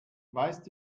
weißt